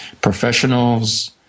professionals